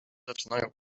zaczynają